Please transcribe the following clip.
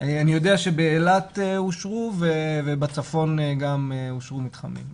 יודע שבאילת אושרו ובצפון גם אושרו מתחמים,